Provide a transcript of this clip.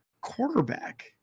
quarterback